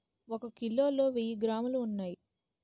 ఒక కిలోలో వెయ్యి గ్రాములు ఉన్నాయి